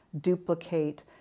duplicate